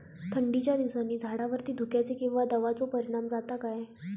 थंडीच्या दिवसानी झाडावरती धुक्याचे किंवा दवाचो परिणाम जाता काय?